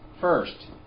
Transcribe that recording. first